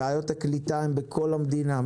בעיות הקליטה הן בכל המדינה,